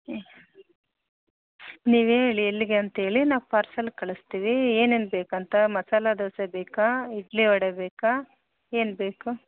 ನೀವೇಳಿ ಎಲ್ಲಿಗೇಂತ ಹೇಳಿ ನಾವು ಪಾರ್ಸೆಲ್ ಕಳಿಸ್ತೀವಿ ಏನೇನು ಬೇಕಂತ ಮಸಾಲೆ ದೋಸೆ ಬೇಕಾ ಇಡ್ಲಿ ವಡೆ ಬೇಕಾ ಏನು ಬೇಕು